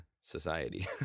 society